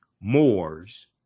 moors